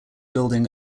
building